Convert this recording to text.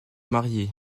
marier